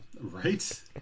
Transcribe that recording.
right